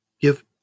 give